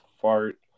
fart